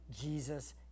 Jesus